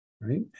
right